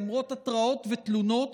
למרות התראות ותלונות,